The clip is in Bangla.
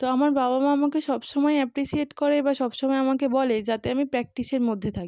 তো আমার বাবা মা আমাকে সব সমায় অ্যাপ্রিসিয়েট করে বা সব সমায় আমাকে বলে যাতে আমি প্র্যাকটিসের মধ্যে থাকি